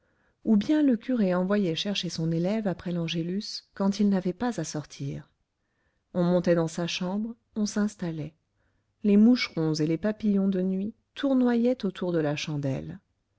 ou bien le curé envoyait chercher son élève après l'angélus quand il n'avait pas à sortir on montait dans sa chambre on s'installait les moucherons et les papillons de nuit tournoyaient autour de la chandelle